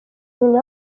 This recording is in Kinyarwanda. nyina